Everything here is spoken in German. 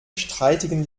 streitigen